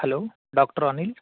hello doctor Anil